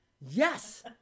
Yes